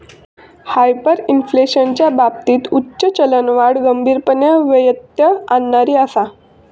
हायपरइन्फ्लेशनच्या बाबतीत उच्च चलनवाढ गंभीरपणे व्यत्यय आणणारी आसा